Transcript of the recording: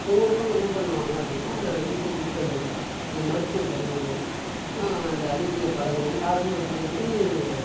ஒவ்வொருத்தவங்களும் என்ன பண்ணுவாங்க அப்படின்னா அந்தோட வீட்டு குப்பைகள் இந்த மருத்துவ கழிவுகள் இந்த அழுகிய பழங்கள் ஆகியவற்றை வந்து